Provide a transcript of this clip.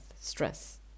stress